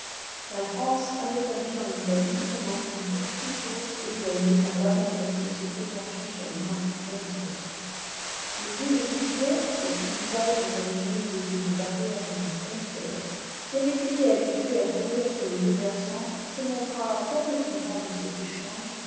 la france avait un pied en italie elle en fut pour toujours éloignée par l'abandon de ses prétentions sur le marquisat de saluces le vieux lesdiguières pour qui les alpes n'avaient jamais été une barrière ni une frontière qui avait été habitué à courir sur les deux versants se montra fort mécontent de cet échange